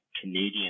Canadian